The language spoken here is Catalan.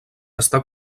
està